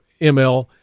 ml